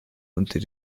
unter